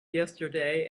yesterday